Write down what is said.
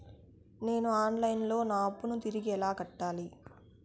నేను online లో నా అప్పును తిరిగి ఎలా కట్టాలి?